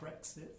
Brexit